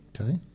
Okay